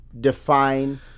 define